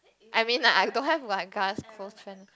I mean ah I don't have one close friend